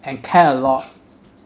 and care a lot